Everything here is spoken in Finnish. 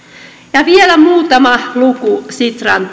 ja vielä muutama luku sitran